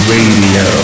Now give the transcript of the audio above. Radio